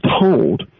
told